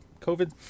covid